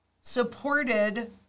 supported